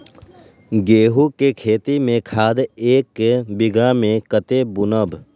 गेंहू के खेती में खाद ऐक बीघा में कते बुनब?